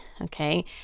Okay